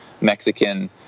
Mexican